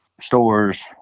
stores